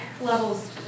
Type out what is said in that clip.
levels